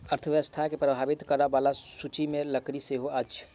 अर्थव्यवस्था के प्रभावित करय बला सूचि मे लकड़ी सेहो अछि